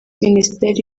minisiteri